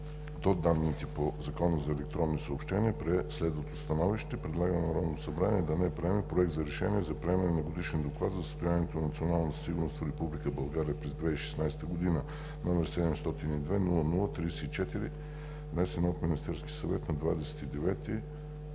до данните по Закона за електронните съобщения прие следното Становище: Предлага на Народното събрание да не приеме Проект за решение за приемане на Годишен доклад за състоянието на националната сигурност в Република България през 2016 г., № 702-00-34, внесен от Министерския съвет на 29